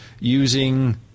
using